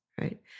right